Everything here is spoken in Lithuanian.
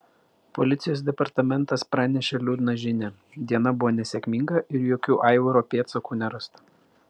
policijos departamentas pranešė liūdną žinią diena buvo nesėkminga ir jokių aivaro pėdsakų nerasta